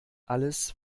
alles